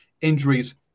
injuries